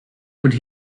would